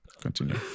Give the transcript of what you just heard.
Continue